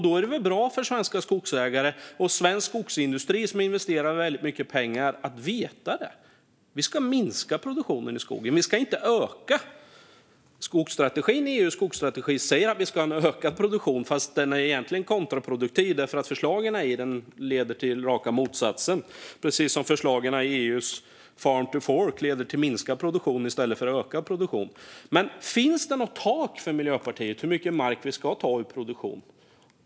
Då är det väl bra för svenska skogsägare och svensk skogsindustri som investerar väldigt mycket pengar att få veta att de ska minska produktionen i skogen, inte öka den. EU:s skogsstrategi säger att vi ska ha ökad produktion, fast den är egentligen kontraproduktiv, för förslagen i den leder till raka motsatsen, precis som förslagen i EU:s Farm-to-Fork-strategi leder till minskad produktion i stället för till ökad produktion. Men finns det något tak för Miljöpartiet när det gäller hur mycket mark vi ska ta ur produktion?